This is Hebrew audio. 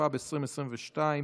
התשפ"ב 2022,